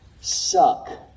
suck